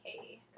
okay